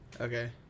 Okay